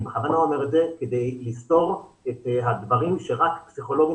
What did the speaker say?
אני בכוונה אומר את זה כדי לסתור את הדברים שרק פסיכולוגים